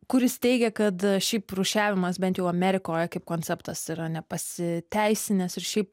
kuris teigia kad šiaip rūšiavimas bent jau amerikoj kaip konceptas yra nepasiteisinęs ir šiaip